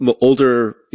older